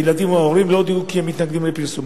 הילדים או ההורים לא הודיעו כי הם מתנגדים לפרסום.